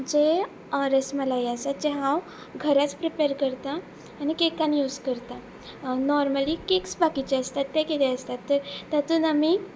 जे रसमलाई आसा जे हांव घराच प्रिपेर करता आनी केकान यूज करता नॉर्मली केक्स बाकीचे आसता ते किदें आसतात तर तातूंत आमी